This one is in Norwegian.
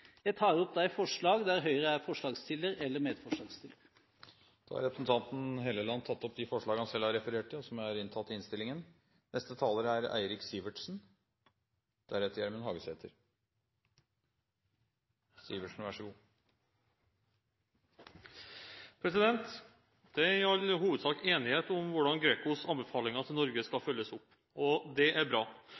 Jeg tar opp de forslag der Høyre er medforslagsstiller. Representanten Trond Helleland har tatt opp de forslag han refererte til. Det er i all hovedsak enighet om hvordan GRECOs anbefalinger til Norge skal følges opp, og det er bra.